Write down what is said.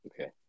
okay